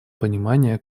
понимания